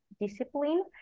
discipline